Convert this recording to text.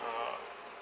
uh